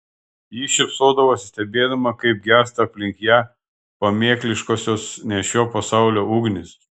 ji šypsodavosi stebėdama kaip gęsta aplink ją pamėkliškosios ne šio pasaulio ugnys